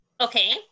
Okay